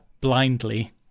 blindly